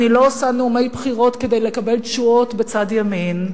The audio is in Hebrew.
אני לא עושה נאומי בחירות כדי לקבל תשואות בצד ימין,